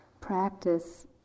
practice